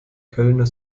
kölner